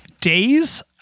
Days